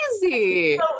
crazy